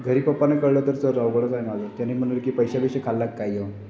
घरी पप्पाना कळलं तर सर अवघडंच आहे माझं त्याने म्हणून की पैसे बिशे खाल्लात काय येऊन